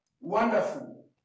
wonderful